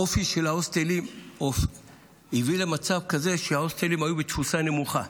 האופי של ההוסטלים הביא למצב כזה שההוסטלים היו בתפוסה נמוכה,